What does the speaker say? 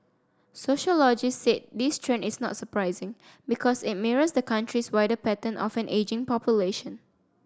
sociologist said this trend is not surprising because it mirrors the country's wider pattern of an ageing population